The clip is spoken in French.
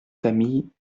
famille